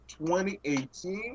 2018